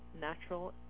natural